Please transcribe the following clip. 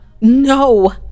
no